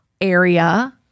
area